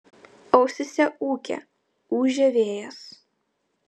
ausyse ūkė ūžė vėjas